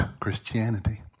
Christianity